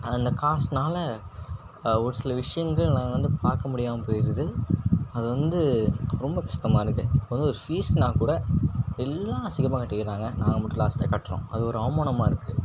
அந்த காசுனால் ஒரு சில விஷயங்கள் நாங்கள் வந்த பார்க்க முடியாமல் போயிடுது அது வந்த ரொம்ப கஷ்டமாக இருக்குது இப்போ வந்து ஒரு ஃபீஸுனா கூட எல்லாம் சீக்கிரமாக கட்டிடுறாங்க நாங்கள் மட்டும் லாஸ்ட்டில் கட்டுறோம் அது ஒரு அவமானமாக இருக்குது